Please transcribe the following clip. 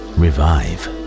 revive